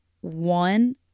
one